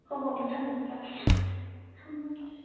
ꯍꯣ ꯍꯣ ꯃꯊꯪꯗꯁꯨ ꯂꯥꯛꯀꯦ ꯊꯝꯂꯒꯦ